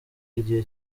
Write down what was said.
igihe